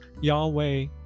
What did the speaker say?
Yahweh